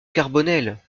carbonel